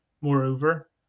Moreover